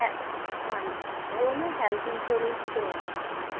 ਹੈ ਹਾਂਜੀ ਉਹ ਨਾ ਹੈਲਥ ਇੰਸ਼ੋਰੈਂਸ ਹੀ ਕਰਵਾਉਣੀ ਸੀਗੀ